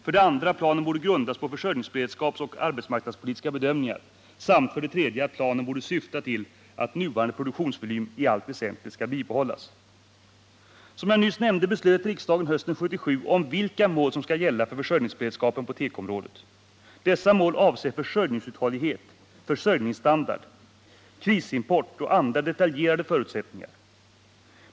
För det andra: Planen borde grundas på försörjningsberedskapsoch arbetsmarknadspolitiska bedömningar. För det tredje: Planen borde syfta till att nuvarande produktionsvolym i allt väsentligt skall bibehållas. Som jag nyss nämnde beslöt riksdagen hösten 1977 om vilka mål som skall gälla för försörjningsberedskapen på tekoområdet. Dessa mål avser försörjningsuthållighet, försörjningsstandard, krisimport och andra detaljerade förutsättningar.